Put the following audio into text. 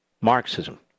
Marxism